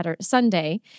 Sunday